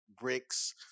bricks